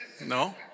No